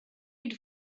had